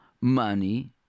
money